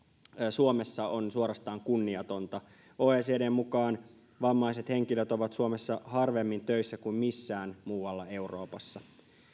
suomessa on suorastaan kunniatonta oecdn mukaan vammaiset henkilöt ovat suomessa harvemmin töissä kuin missään muualla euroopassa